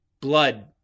blood